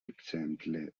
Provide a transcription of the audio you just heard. exemple